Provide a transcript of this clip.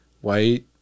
white